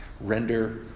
Render